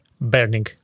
burning